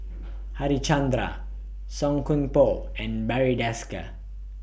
Harichandra Song Koon Poh and Barry Desker